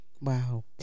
Wow